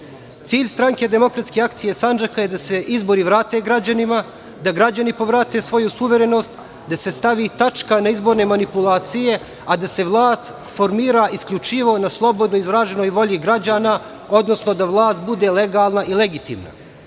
Stranke demokratske akcije Sandžaka je da se izbori vrate građanima, da građani povrate svoju suverenost, da se stavi tačka na izborne manipulacije, a da se vlast formira isključivo na slobodno izraženoj volji građana, odnosno da vlast bude legalna i legitimna. Važno